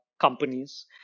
companies